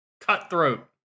Cutthroat